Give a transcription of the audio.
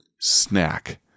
snack